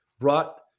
brought